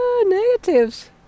Negatives